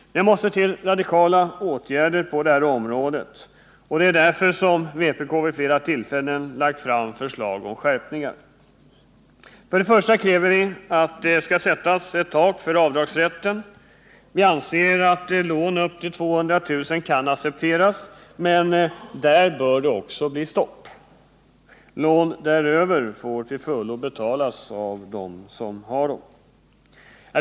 Det måste till radikala åtgärder på detta område, och det är därför som vpk vid flera tillfällen har lagt fram förslag om skärpningar. För det första kräver vi att det skall sättas ett tak för avdragsrätten. Vi anser att lån upp till 200 000 kr. kan accepteras, men där bör det också bli stopp. Lån däröver får till fullo betalas av dem som tar dem.